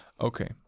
Okay